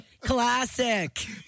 Classic